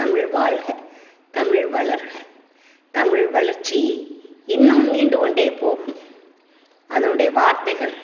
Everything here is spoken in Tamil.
தமிழ் வாழ்க தமிழ் வளர்க தமிழ் வளர்ச்சி இன்னும் நீண்டுகொண்டே போகும் அதனுடைய வார்த்தைகள்